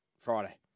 Friday